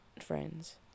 friends